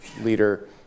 leader